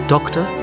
Doctor